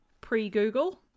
pre-Google